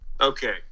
okay